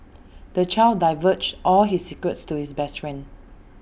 the child divulged all his secrets to his best friend